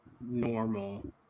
normal